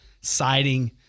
siding